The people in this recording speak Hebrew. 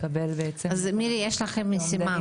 לקבל אומדנים --- אז מירי יש לך משימה,